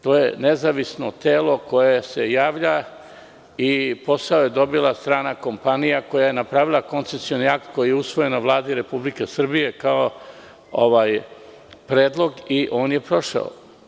To je nezavisno telo koje se javlja i posao je dobila strana kompanija koja je napravila koncesioni akt koji je usvojen na Vladi Republike Srbije kao predlog i on je prošao.